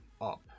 up